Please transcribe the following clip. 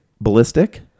ballistic